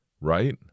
Right